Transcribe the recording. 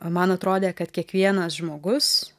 man atrodė kad kiekvienas žmogus